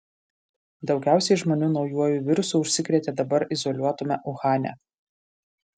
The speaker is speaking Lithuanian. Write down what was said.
daugiausiai žmonių naujuoju virusu užsikrėtė dabar izoliuotame uhane